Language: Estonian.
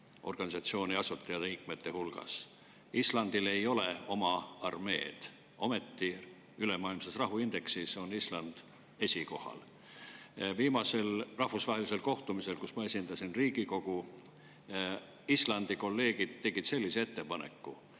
organisatsiooni asutajaliikmete hulgas. Islandil ei ole oma armeed, ometi ülemaailmses rahuindeksis on Island esikohal. Viimasel rahvusvahelisel kohtumisel, kus ma esindasin Riigikogu, tegid Islandi kolleegid sellise ettepaneku,